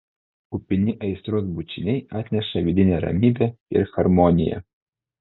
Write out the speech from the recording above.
kupini aistros bučiniai atneša vidinę ramybę ir harmoniją